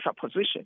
position